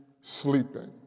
sleeping